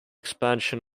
expansion